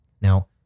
Now